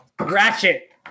Ratchet